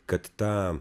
kad tą